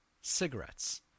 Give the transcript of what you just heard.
cigarettes